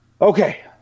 okay